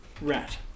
rat